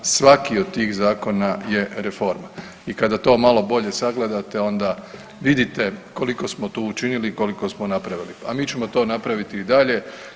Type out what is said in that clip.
Svaki od tih zakona je reforma i kada to malo bolje sagledate onda vidite koliko smo tu učinili i koliko smo napravili, a mi ćemo to napraviti i dalje.